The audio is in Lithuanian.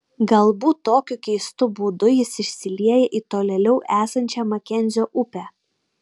galbūt tokiu keistu būdu jis išsilieja į tolėliau esančią makenzio upę